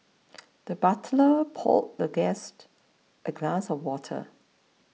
the butler poured the guest a glass of water